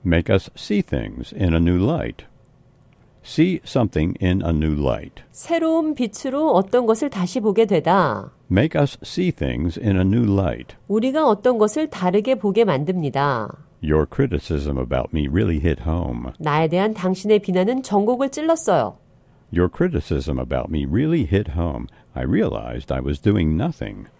Make us see things in a new light. See something in a new light. 새로운 빛으로 어떤 것을 다시 보게 되다. Make us see things in a new light. 우리가 어떤 것을 다르게 보게 만듭니다. Your criticism about me really hit home. 나에 대한 당신의 비난은 전곡을 찔렀어요. Your criticism about me really hit home. I realized I was doing nothing.